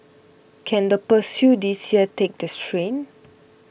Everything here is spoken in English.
can the this year take the strain